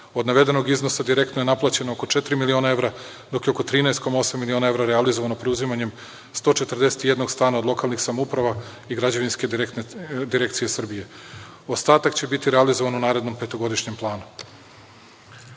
Od navedenog iznosa direktno je naplaćeno oko četiri miliona evra, dok je oko 13,8 miliona evra realizovano preuzimanjem 141 stana od lokalnih samouprava i Građevinske direkcije Srbije. Ostatak će biti realizovan u narednom petogodišnjem planu.U